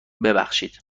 ببخشید